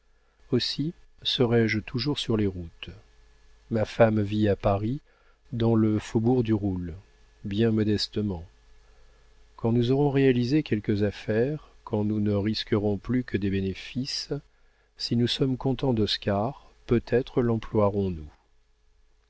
aussi serai-je toujours sur les routes ma femme vit à paris dans le faubourg du roule bien modestement quand nous aurons réalisé quelques affaires quand nous ne risquerons plus que des bénéfices si nous sommes contents d'oscar peut-être lemploierons nous